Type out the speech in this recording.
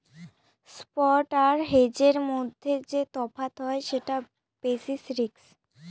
spot আর হেজের মধ্যে যে তফাৎ হয় সেটা বেসিস রিস্ক